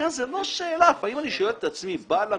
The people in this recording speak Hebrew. בעל המפעל,